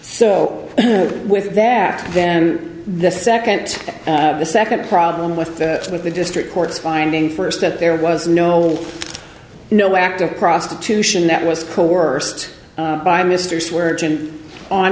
so with that then the second the second problem with the with the district courts finding first that there was no will no act of prostitution that was coerced by mr swear o